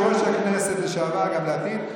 יושב-ראש הכנסת לשעבר, גם לעתיד.